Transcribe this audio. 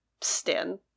stand